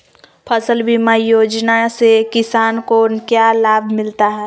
फसल बीमा योजना से किसान को क्या लाभ मिलता है?